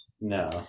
No